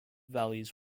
valleys